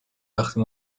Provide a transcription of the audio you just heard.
وقتی